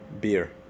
Beer